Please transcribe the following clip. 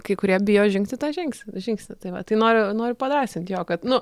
kai kurie bijo žengti tą žings žingsnį tai va tai noriu noriu padrąsint jo kad nu